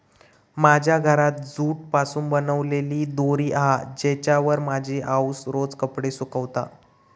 माझ्या घरात जूट पासून बनलेली दोरी हा जिच्यावर माझी आउस रोज कपडे सुकवता